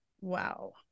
Wow